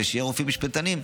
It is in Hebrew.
ושיהיו רופאים משפטנים.